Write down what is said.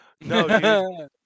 No